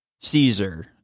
Caesar